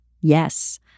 Yes